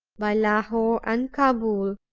by lahore, and cabool,